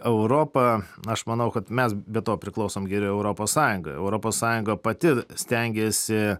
europa aš manau kad mes be to priklausom geriau europos sąjungai europos sąjunga pati stengiasi